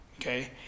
Okay